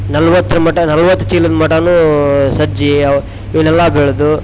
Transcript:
ನಲವತ್ತರ ಮಟ ನಲವತ್ತು ಚೀಲದ ಮಟ ಸಜ್ಜೆ ಅವು ಇವನ್ನೆಲ್ಲ ಬೆಳೆದು